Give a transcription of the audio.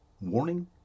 Warning